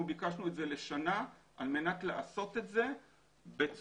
זה לא מותאם ל-4.2ב.